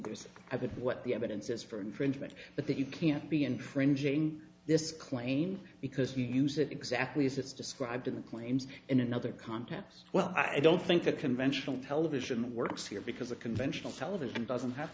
would what the evidence is for infringement but that you can't be infringing this claim because you use it exactly as it's described in the claims in another context well i don't think that conventional television works here because a conventional television doesn't have